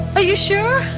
ah you sure?